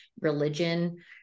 religion